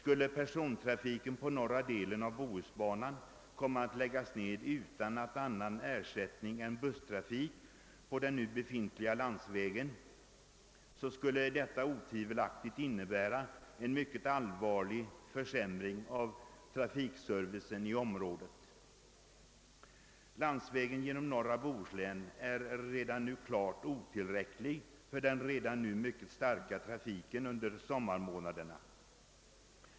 Om persontrafiken på norra delen av bohusbanan lades ned utan annan ersättning än busstrafik på den landsväg som där finns, skulle detta otvivelaktigt innebära en mycket allvarlig försämring av trafikservicen i området. Redan nu är landsvägen genom norra Bohuslän klart otillräcklig för den mycket starka trafiken där under sommarmånaderna.